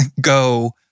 go